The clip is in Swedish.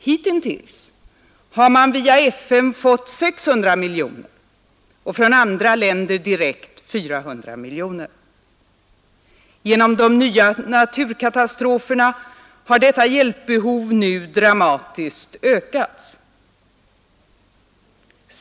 Hitintills har man via FN fått 600 miljoner och från andra länder direkt 400 miljoner kronor. Genom de nya naturkatastroferna har detta hjälpbehov nu dramatiskt ökats.